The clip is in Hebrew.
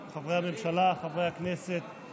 חברי הממשלה, חברי הכנסת,